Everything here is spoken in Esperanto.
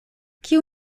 kiu